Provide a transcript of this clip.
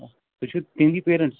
تُہۍ چھُٕو تِہِندی پیرنٹٕس